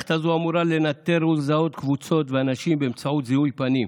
המערכת הזו אמורה לנטר ולזהות קבוצות ואנשים באמצעות זיהוי פנים,